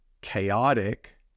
chaotic